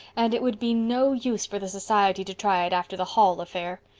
and it would be no use for the society to try it after the hall affair.